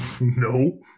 no